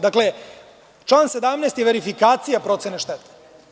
Dakle, član 17. je verifikacija procene štete.